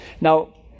Now